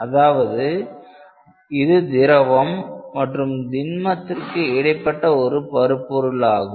அதாவது இது திரவம் மற்றும் திண்மத்திற்கு இடைப்பட்ட ஒரு பருப்பொருள் ஆகும்